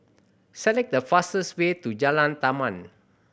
select the fastest way to Jalan Taman